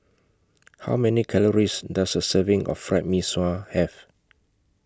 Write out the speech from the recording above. How Many Calories Does A Serving of Fried Mee Sua Have